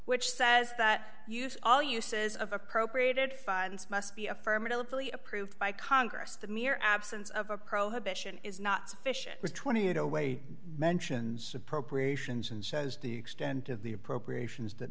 which says that use all uses of appropriated funds must be affirmatively approved by congress the mere absence of a prohibition is not sufficient was two hundred and eighty way mentions appropriations and says the extent of the appropriations that